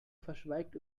verschweigt